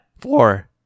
Four